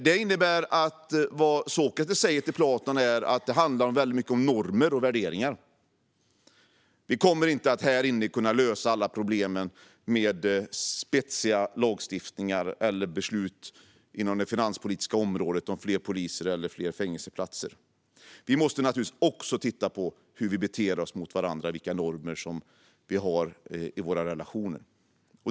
Detta innebär att vad Sokrates säger till Platon är att det mycket handlar om normer och värderingar. Vi kommer inte att här i kammaren kunna lösa alla problemen med spetsig lagstiftning eller beslut inom det finanspolitiska området om fler poliser eller fängelseplatser. Vi måste naturligtvis också titta på hur vi beter oss mot varandra och vilka normer vi följer i våra relationer.